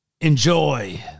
Enjoy